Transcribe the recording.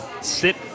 sit